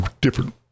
different